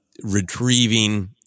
retrieving